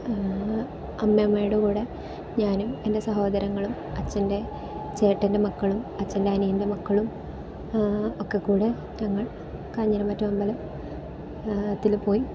അമ്മമ്മയുടെ കൂടെ ഞാനും എൻ്റെ സഹോദരങ്ങളും അച്ഛൻ്റെ ചേട്ടൻ്റെ മക്കളും അച്ഛൻ്റെ അനിയൻ്റെ മക്കളും ഒക്കെക്കൂടെ ഞങ്ങൾ കാഞ്ഞിരമറ്റം അമ്പലം ത്തിൽ പോയി